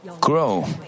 grow